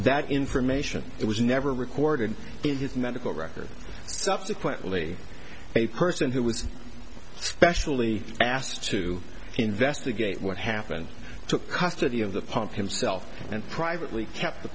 that information it was never recorded in his medical records subsequently a person who was specially asked to investigate what happened took custody of the pump himself and privately kept the